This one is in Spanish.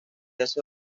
hace